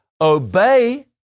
obey